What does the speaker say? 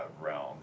realm